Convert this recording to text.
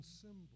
symbol